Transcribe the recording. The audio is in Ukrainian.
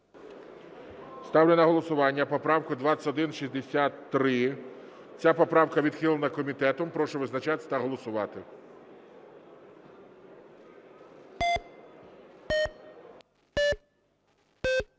Ставлю на голосування поправку 2163. Ця поправка відхилена комітетом. Прошу визначатися та голосувати.